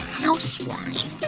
housewife